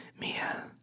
Mia